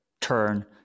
turn